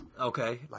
Okay